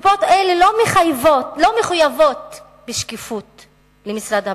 וקופות אלה לא מחויבות בשקיפות למשרד הבריאות,